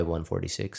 146